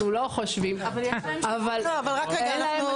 אבל רק רגע.